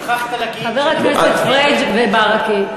שכחת להגיד, חברי הכנסת פריג' וברכה,